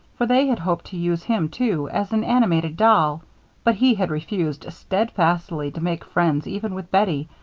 for they had hoped to use him, too, as an animated doll but he had refused steadfastly to make friends even with bettie,